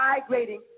migrating